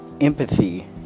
empathy